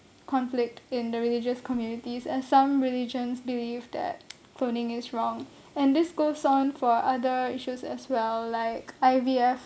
conflict in the religious communities and some religions believe that cloning is wrong and this goes on for other issues as well like I_V_F